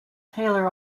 taylor